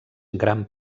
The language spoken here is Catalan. gran